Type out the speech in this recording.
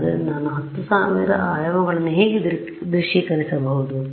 ಆದ್ದರಿಂದ ನಾನು 10000 ಆಯಾಮಗಳನ್ನು ಹೇಗೆ ದೃಶ್ಯೀಕರಿಸುವುದು